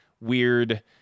weird